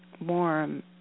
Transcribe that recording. warm